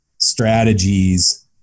strategies